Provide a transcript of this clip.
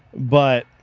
but